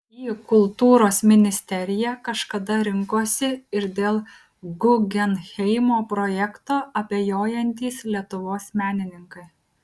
į kultūros ministeriją kažkada rinkosi ir dėl guggenheimo projekto abejojantys lietuvos menininkai